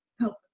help